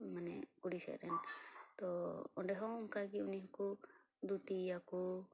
ᱢᱟᱱᱮ ᱠᱩᱲᱤ ᱥᱮᱡᱨᱮᱱ ᱛᱚ ᱚᱸᱰᱮ ᱦᱚᱸ ᱚᱱᱠᱟᱜᱮ ᱩᱱᱤᱦᱚᱠᱚ ᱫᱷᱩᱛᱤᱭᱟ ᱠᱚ